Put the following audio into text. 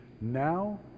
now